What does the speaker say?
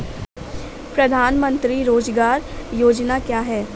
प्रधानमंत्री रोज़गार योजना क्या है?